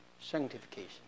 sanctification